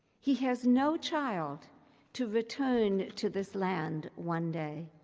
he has no child to return to this land one day.